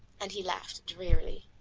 and he laughed drearily.